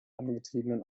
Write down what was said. angetriebenen